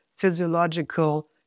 physiological